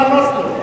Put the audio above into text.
חוץ מלאחז עיניים?